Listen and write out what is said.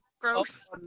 gross